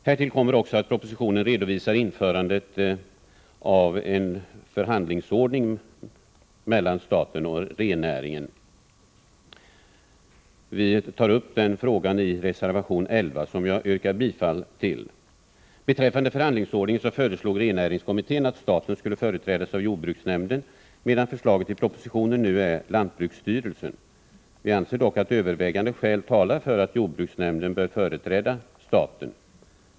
Därtill kommer att propositionen redovisar införandet av en förhandlingsordning för överläggningarna mellan staten och rennäringen. Den frågan tas upp i reservation 11, som jag yrkar bifall till. Beträffande förhandlingsordningen föreslog rennäringskommittén att staten skulle företrädas av jordbruksnämnden, medan förslaget i propositionen nu avser lantbruksstyrelsen. Vi anser dock att övervägande skäl talar för att jordbruksnämnden bör företräda staten.